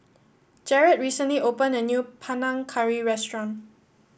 Jarred recently opened a new Panang Curry restaurant